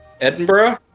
Edinburgh